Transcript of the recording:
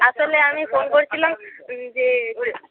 আসলে আমি ফোন করেছিলাম যে